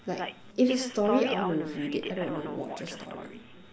like if it's a story I want to read it I don't want to watch a story